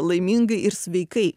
laimingai ir sveikai